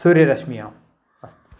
सूर्यरश्म्याम् अस्